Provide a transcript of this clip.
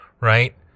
right